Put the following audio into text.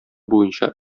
буена